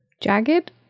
jagged